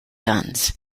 guns